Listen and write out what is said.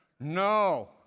No